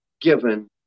given